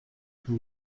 schon